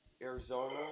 Arizona